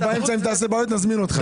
ובאמצע אם תעשה בעיות נזמין אותך.